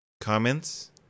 Comments